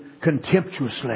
contemptuously